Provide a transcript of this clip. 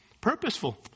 Purposeful